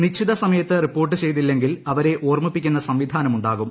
നിശ്ചിത സമയത്ത് റിപ്പോർട്ട് ചെയ്തില്ലെങ്കിൽ അവരെ ഓർമ്മിപ്പിക്കുന്ന സംവിധാനമുണ്ടാവും